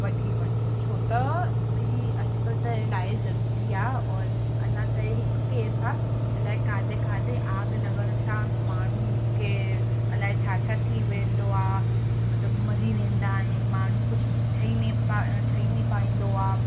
वठी वठो छो त भई अॼुकल्ह त हे ईलाही ज़रूरी आहे और अञा त इहे हिकु केस आहे अलाए काॾहें काॾहें आग लॻण सां माण्हूअ खे अलाए छा छा थी वेंदो आहे मतलबु मरी वेंदा आहिनि माण्हू कुझु ठही में प ठही न पाईंदो आहे